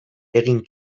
egin